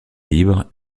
libre